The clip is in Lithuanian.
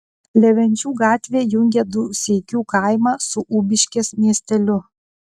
levenčių gatvė jungia dūseikių kaimą su ubiškės miesteliu